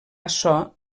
açò